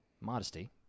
Modesty